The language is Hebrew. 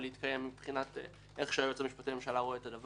מבחינת איך שהיועץ המשפטי לממשלה רואה את זה.